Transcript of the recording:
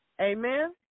Amen